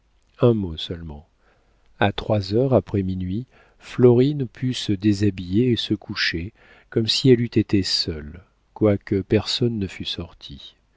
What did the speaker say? un mot seulement a trois heures après minuit florine put se déshabiller et se coucher comme si elle eût été seule quoique personne ne fût sorti